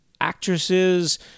actresses